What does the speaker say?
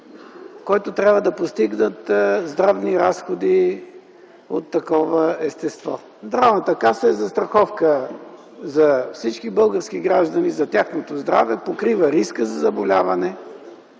който трябва да постигнат здравни разходи от такова естество. Здравната каса е застраховка за всички български граждани, за тяхното здраве, покрива риска за заболяване,